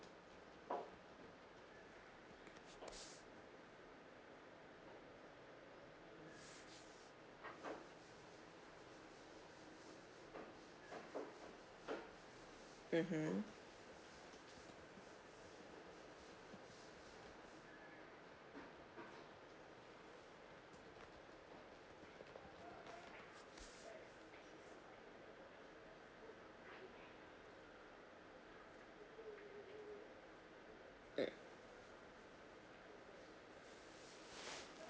mmhmm mm